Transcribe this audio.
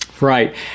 Right